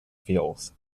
fuels